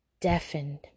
deafened